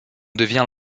devient